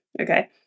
Okay